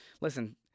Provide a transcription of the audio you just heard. Listen